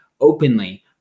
openly